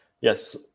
Yes